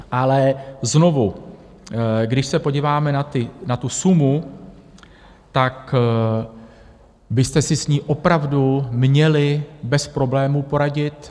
Ale znovu, když se podíváme na tu sumu, tak byste si s ní opravdu měli bez problémů poradit.